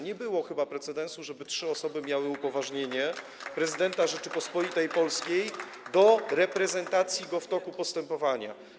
Nie było chyba precedensu, żeby trzy osoby miały upoważnienie prezydenta Rzeczypospolitej Polskiej do reprezentowania go w toku postępowania.